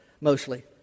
mostly